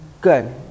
Good